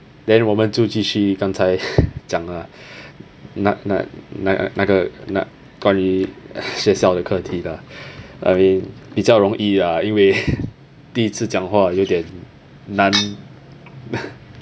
then 我们就继续刚才讲 ah 那那那个那关于学校的课题的 I mean 比较容易啊因为第一次讲话有点难